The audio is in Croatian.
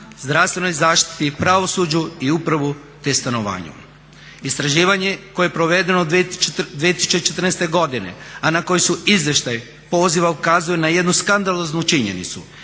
zdravstvenoj zaštiti, pravosuđu i upravi te stanovanju. Istraživanje koje je provedeno 2014. godine, a na koje su izvještaj … ukazuje na jednu skandaloznu činjenicu,